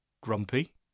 Grumpy